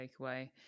takeaway